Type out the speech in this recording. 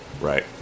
Right